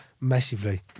Massively